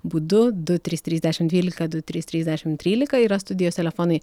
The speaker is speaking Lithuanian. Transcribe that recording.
būdu du trys trys dešimt dvylika du trys trys dešimt trylika yra studijos telefonai